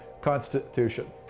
Constitution